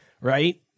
right